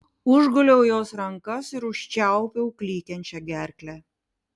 užguliau jos rankas ir užčiaupiau klykiančią gerklę